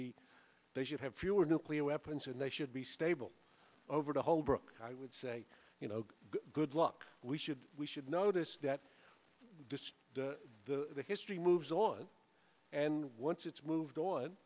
be they should have fewer nuclear weapons and they should be stable over the holbrooke i would say you know good luck we should we should notice that just the history moves on and once it's moved on